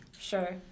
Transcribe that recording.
Sure